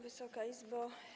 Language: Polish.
Wysoka Izbo!